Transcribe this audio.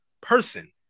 person